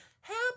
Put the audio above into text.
help